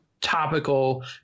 topical